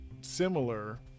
similar